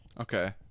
okay